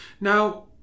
now